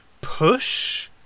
push